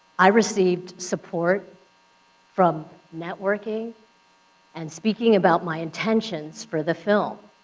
i received support from networking and speaking about my intentions for the film.